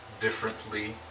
differently